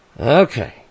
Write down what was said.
Okay